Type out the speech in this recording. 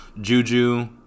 Juju